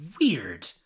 weird